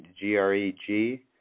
G-R-E-G